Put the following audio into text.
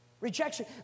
Rejection